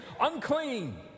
unclean